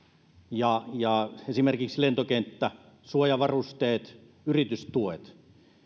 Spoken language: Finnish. esimerkiksi lentokenttä suojavarusteet yritystuet